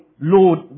Lord